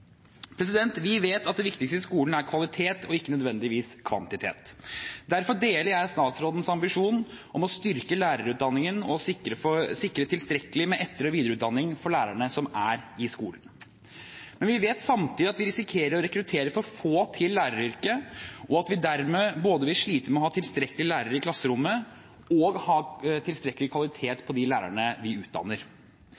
Vi vet at det viktigste i skolen er kvalitet, ikke nødvendigvis kvantitet. Derfor deler jeg statsrådens ambisjon om å styrke lærerutdanningen og sikre tilstrekkelig med etter- og videreutdanning for lærerne som er i skolen. Men vi vet samtidig at vi risikerer å rekruttere for få til læreryrket, og at vi dermed både vil slite med å ha tilstrekkelig mange lærere i klasserommet og å ha tilstrekkelig kvalitet på de lærerne vi utdanner.